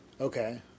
Okay